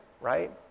right